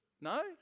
no